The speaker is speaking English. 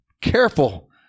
Careful